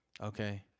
Okay